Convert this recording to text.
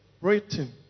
Britain